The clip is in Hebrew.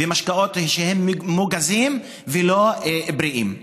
משקאות שהם מוגזים ולא בריאים.